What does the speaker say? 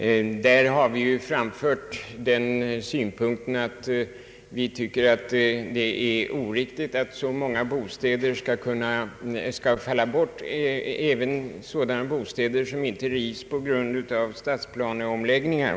Vi har anfört att vi anser att det är oriktigt att så många bostäder skall falla bort — även sådana bostäder som inte rivs på grund av stadsplaneomläggningar.